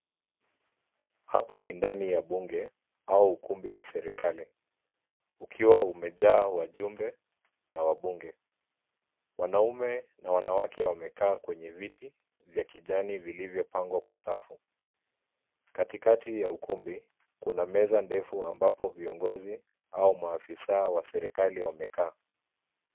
Hapa ni ndani ya bunge au ukumbi wa serikali ukiwa umejaa wajumbe na wabunge. Wanaume na wanawake kwenye viti vya kijani vilivyopangwa kwa safu. Katikati ya ukumbi kuna meza ndefu ambapo viongozi au maafisa wa serikali wamekaa.